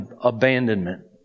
abandonment